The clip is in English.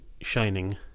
shining